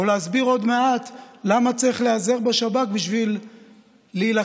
להסביר עוד מעט למה צריך להיעזר בשב"כ בשביל להילחם